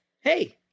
hey